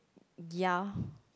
ya